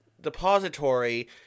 depository